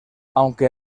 aunque